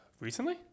recently